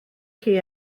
chi